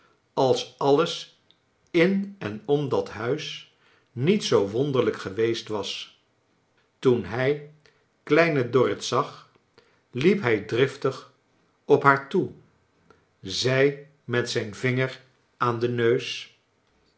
als alles in en om dat huis niet zoo wonderlijk geweest was toen hij kleine dorrit zag hep hij drift ig op haar toe zei met zijn vinger aan denneus